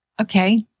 Okay